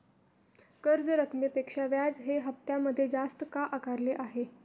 कर्ज रकमेपेक्षा व्याज हे हप्त्यामध्ये जास्त का आकारले आहे?